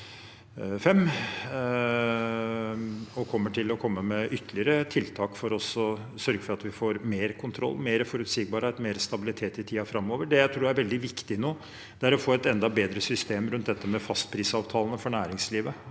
Vi kommer til å komme med ytterligere tiltak for å sørge for at vi får mer kontroll, mer forutsigbarhet og mer stabilitet i tiden framover. Det jeg tror er veldig viktig nå, er å få et enda bedre system med fastprisavtaler for næringslivet,